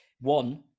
one